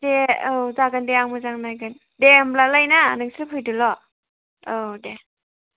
ए औ जागोन दे आं मोजां नायगोन दे होमब्लालाय ना नोंसोर फैदोल' औ दे